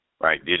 right